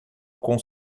com